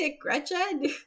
Gretchen